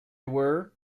were